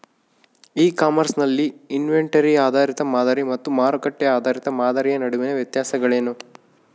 E commerce ನಲ್ಲಿ inventory ಆಧಾರಿತ ಮಾದರಿ ಮತ್ತು ಮಾರುಕಟ್ಟೆ ಆಧಾರಿತ ಮಾದರಿಯ ನಡುವಿನ ವ್ಯತ್ಯಾಸಗಳೇನು?